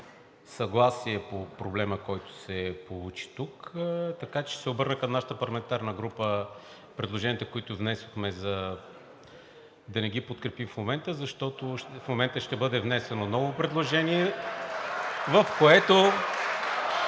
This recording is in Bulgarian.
съгласие по проблема, който се получи тук, така че ще се обърна към нашата парламентарна група: предложенията, които внесохме, да не ги подкрепим в момента, защото в момента ще бъде внесено ново предложение